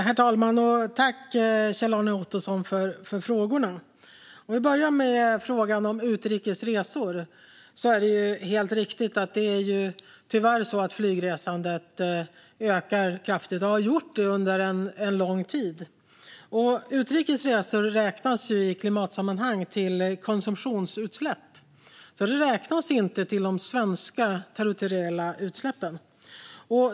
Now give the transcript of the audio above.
Herr talman! Tack, Kjell-Arne Ottosson, för frågorna! Jag börjar med frågan om utrikes resor. Det är ju tyvärr helt riktigt att flygresandet ökar kraftigt och har gjort det under en lång tid. Utrikes resor räknas i klimatsammanhang till konsumtionsutsläpp, så de räknas inte till de svenska territoriella utsläppen.